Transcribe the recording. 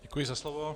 Děkuji za slovo.